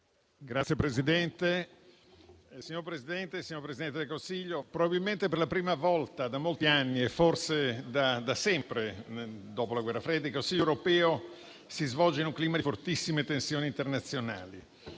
*(FdI)*. Signor Presidente, signor Presidente del Consiglio, probabilmente per la prima volta da molti anni e forse da sempre, dopo la Guerra fredda, il Consiglio europeo si svolge in un clima di fortissime tensioni internazionali: